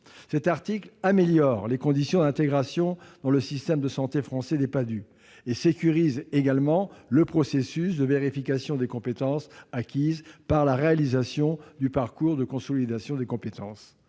L'article améliore les conditions d'intégration des Padhue dans le système de santé français et sécurise le processus de vérification des compétences acquises par la réalisation du parcours de consolidation des compétences.